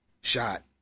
shot